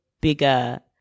bigger